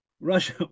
Russia